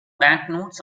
banknotes